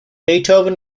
beethoven